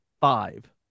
five